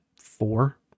four